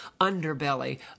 underbelly